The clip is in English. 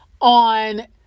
on